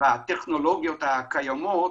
בטכנולוגיות הקיימות